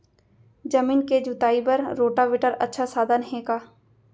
जमीन के जुताई बर रोटोवेटर अच्छा साधन हे का?